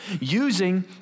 using